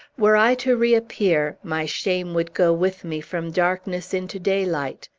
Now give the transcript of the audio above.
were i to reappear, my shame would go with me from darkness into daylight.